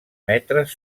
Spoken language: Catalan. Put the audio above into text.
metres